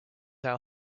our